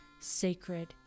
sacred